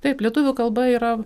taip lietuvių kalba yra